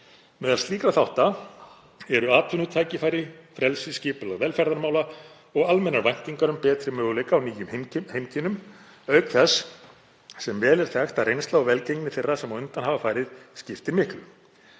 Meðal slíkra þátta eru atvinnutækifæri, frelsi, skipulag velferðarmála og almennar væntingar um betri möguleika í nýjum heimkynnum auk þess sem vel er þekkt að reynsla og velgengni þeirra sem á undan hafa farið skiptir miklu.